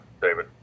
David